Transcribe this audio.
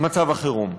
מצב החירום.